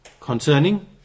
concerning